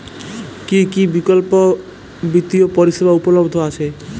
কী কী বিকল্প বিত্তীয় পরিষেবা উপলব্ধ আছে?